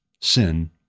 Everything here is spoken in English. sin